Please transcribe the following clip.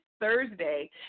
Thursday